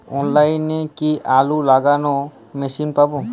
অনলাইনে কি আলু লাগানো মেশিন পাব?